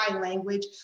language